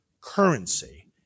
currency